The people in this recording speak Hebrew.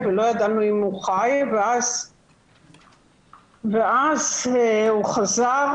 ידענו אם הוא חי ואז הוא חזר,